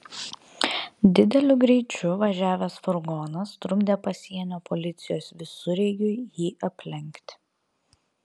dideliu greičiu važiavęs furgonas trukdė pasienio policijos visureigiui jį aplenkti